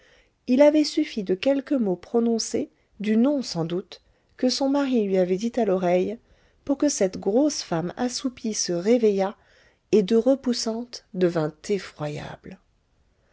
il avait suffi de quelques mots prononcés du nom sans doute que son mari lui avait dit à l'oreille pour que cette grosse femme assoupie se réveillât et de repoussante devînt